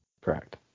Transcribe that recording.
Correct